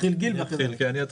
יתחיל גיל ואחרי זה אני.